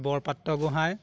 Borpatragohain